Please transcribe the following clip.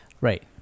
Right